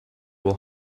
will